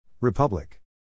Republic